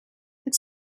het